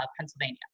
pennsylvania